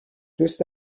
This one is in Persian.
دوست